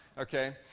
okay